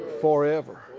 Forever